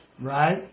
right